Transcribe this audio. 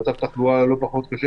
כשמצב התחלואה היה שם לא יותר קל